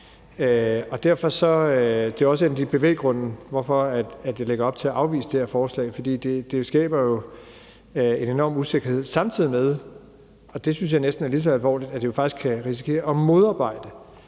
Derfor er det også en af bevæggrundene til, at jeg lægger op til afvise det her forslag, for det skaber jo en enorm usikkerhed, samtidig med – og det synes jeg næsten er lige så alvorligt – at man faktisk risikerer, at det modarbejder